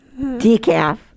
Decaf